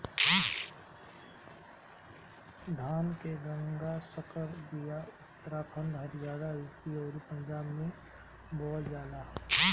धान के गंगा संकर बिया उत्तराखंड हरियाणा, यू.पी अउरी पंजाब में बोअल जाला